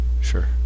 sure